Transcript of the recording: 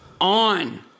on